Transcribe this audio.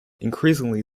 increasingly